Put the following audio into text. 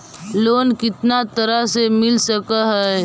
Loan कितना तरह से मिल सक है?